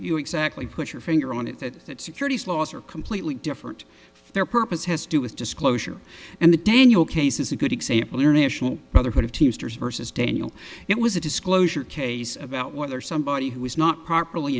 you exactly put your finger on it that that securities laws are completely different their purpose has to do with disclosure and the daniel case is a good example international brotherhood of teamsters versus daniel it was a disclosure case about whether somebody who was not properly